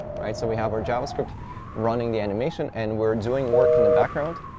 right? so we have our javascript running the animation. and we're doing work in the background,